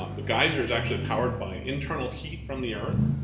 um the geyser is actually powered by internal heat from the earth,